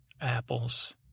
apples